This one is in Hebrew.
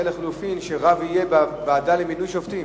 לחלופין שרב יהיה בוועדה למינוי שופטים.